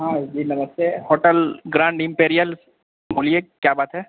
हँ जी नमस्ते होटल ग्राण्ड एमपेरियल बोलिए क्या बात है